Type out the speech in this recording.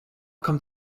come